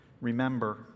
Remember